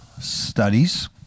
studies